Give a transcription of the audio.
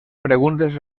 preguntes